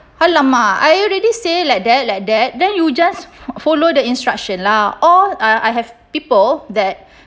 !alamak! I already say like that like that then you just follow the instruction lah all I I have people that